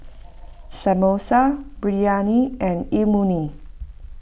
Samosa Biryani and Imoni